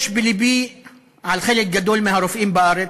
יש בלבי על חלק גדול מהרופאים בארץ,